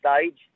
stage